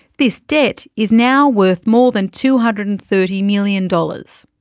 this debt is now worth more than two hundred and thirty million dollars.